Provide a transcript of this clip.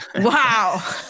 wow